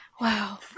Wow